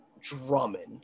Drummond